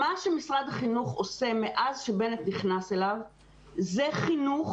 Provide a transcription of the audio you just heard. מה שמשרד החינוך עושה מאז שבנט נכנס אליו זה חינוך